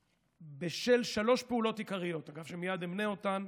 ואגב, בשל שלוש פעולות עיקריות שמייד אמנה אותן,